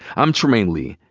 i'm trymaine lee.